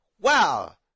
wow